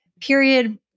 period